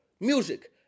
music